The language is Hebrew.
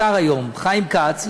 השר היום חיים כץ,